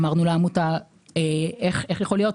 אמרנו לעמותה איך יכול להיות,